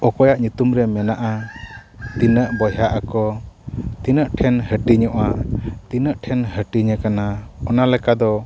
ᱚᱠᱚᱭᱟᱜ ᱧᱩᱛᱩᱢ ᱨᱮ ᱢᱮᱱᱟᱜᱼᱟ ᱛᱤᱱᱟᱹᱜ ᱵᱚᱭᱦᱟᱜ ᱟᱠᱚ ᱛᱤᱱᱟᱹᱜ ᱴᱷᱮᱱ ᱦᱟᱹᱴᱤᱧᱚᱜᱼᱟ ᱛᱤᱱᱟᱹᱜ ᱴᱷᱮᱱ ᱦᱟᱹᱴᱤᱧ ᱟᱠᱟᱱᱟ ᱚᱱᱟ ᱞᱮᱠᱟ ᱫᱚ